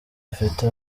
afite